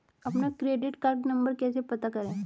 अपना credit card number कैसे पता करें?